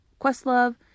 Questlove